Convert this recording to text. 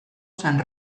san